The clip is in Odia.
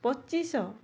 ପଚିଶ ଶହ